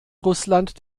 russland